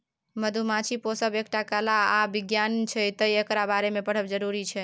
मधुमाछी पोसब एकटा कला आर बिज्ञान छै तैं एकरा बारे मे पढ़ब जरुरी छै